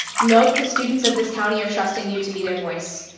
know that the students of this county are trusting you to be there voice.